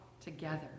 together